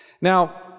Now